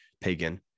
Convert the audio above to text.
pagan